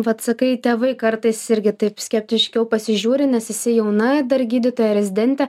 vat sakai tėvai kartais irgi taip skeptiškiau pasižiūri nes esi jauna dar gydytoja rezidentė